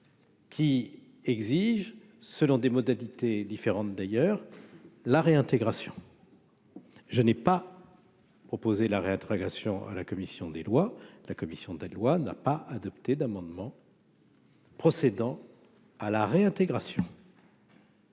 Qui exige, selon des modalités différentes, d'ailleurs la réintégration. Je n'ai pas proposé la réintégration à la commission des lois, la commission des lois n'a pas adopté d'amendements. Procédant à la réintégration.